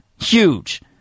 huge